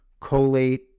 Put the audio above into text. collate